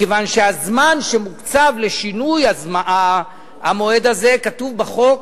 מכיוון שהזמן שמוקצב לשינוי הזה כתוב בחוק: